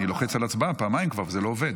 אני לוחץ על הצבעה פעמיים כבר וזה לא עובד.